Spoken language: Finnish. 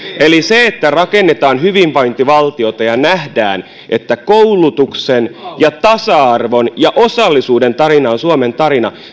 eli vaatii poliittista johtajuutta että rakennetaan hyvinvointivaltiota ja nähdään että koulutuksen ja tasa arvon ja osallisuuden tarina on suomen tarina